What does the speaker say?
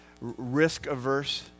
risk-averse